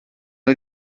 dei